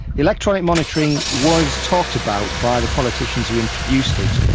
electronic monitoring was talked about by the politicians who introduced it,